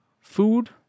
food